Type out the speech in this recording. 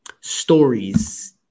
stories –